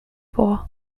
vor